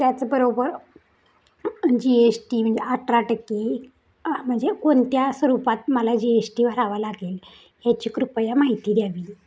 त्याचबरोबर G S T म्हणजे अठरा टक्के म्हणजे कोणत्या स्वरूपात मला जी एस टी भरावा लागेल ह्याची कृपया माहिती द्यावी